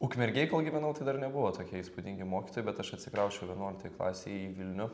ukmergėj kol gyvenau tai dar nebuvo tokie įspūdingi mokytojai bet aš atsikrausčiau vienuoliktoj klasėj į vilnių